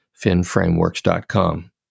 finframeworks.com